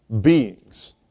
beings